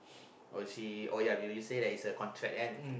or she oh ya when you say that is a contract then